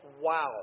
Wow